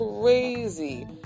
crazy